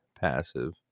passive